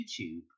YouTube